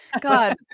God